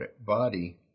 body